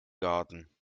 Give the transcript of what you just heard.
garten